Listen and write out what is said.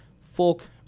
folk